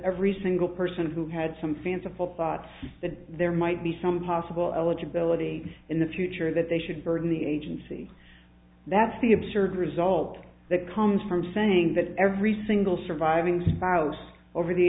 every single person who had some fanciful thought that there might be some possible eligibility in the future that they should burden the agency that's the absurd result that comes from saying that every single surviving spouse over the